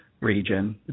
region